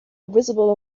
visible